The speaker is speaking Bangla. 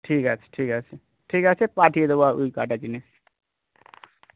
ঠিক আছে ঠিক আছে ঠিক আছে পাঠিয়ে দেবো আ ওই কয়টা জিনিস